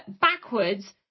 backwards